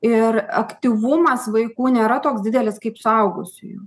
ir aktyvumas vaikų nėra toks didelis kaip suaugusiųjų